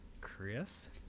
Chris